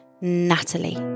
Natalie